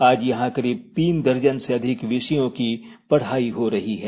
आज यहां करीब तीन दर्जन से अधिक विषयों की पढ़ाई हो रही है